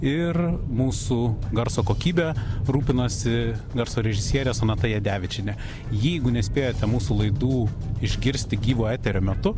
ir mūsų garso kokybe rūpinosi garso režisierė sonata jadevičienė jeigu nespėjote mūsų laidų išgirsti gyvo eterio metu